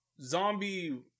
zombie